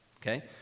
okay